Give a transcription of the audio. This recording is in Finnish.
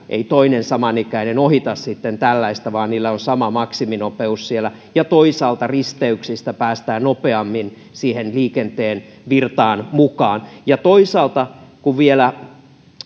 ei toinen samanikäinen ohita sitten tällaista vaan niillä on sama maksiminopeus siellä ja toisaalta risteyksistä päästään nopeammin siihen liikenteen virtaan mukaan ja toisaalta kun vielä